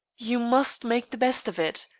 you must make the best of it.